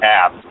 app